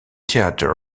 theater